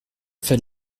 fait